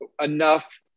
enough